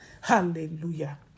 Hallelujah